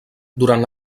durant